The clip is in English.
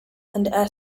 and